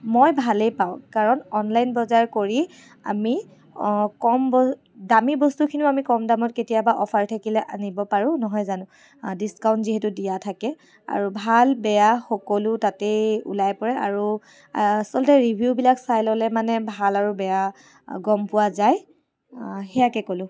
মই ভালেই পাওঁ কাৰণ অনলাইন বজাৰ কৰি আমি কম বস দামী বস্তুখিনিও আমি কম দামত কেতিয়াবা অফাৰ থাকিলে আনিব পাৰো নহয় জানো ডিছকাউণ্ট যিহেতু দিয়া থাকে আৰু ভাল বেয়া সকলো তাতেই ওলাই পৰে আৰু আচলতে ৰিভিউবিলাক চাই ল'লে মানে ভাল আৰু বেয়া গ'ম পোৱা যায় সেয়াকে ক'লোঁ